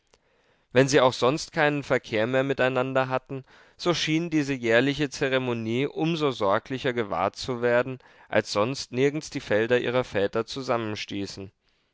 wenn sie auch sonst keinen verkehr mehr miteinander hatten so schien diese jährliche zeremonie um so sorglicher gewahrt zu werden als sonst nirgends die felder ihrer väter zusammenstießen